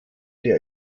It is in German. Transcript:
der